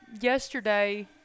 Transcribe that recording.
yesterday